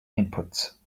inputs